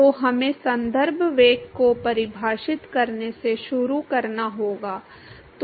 तो हमें संदर्भ वेग को परिभाषित करने से शुरू करना होगा